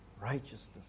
righteousness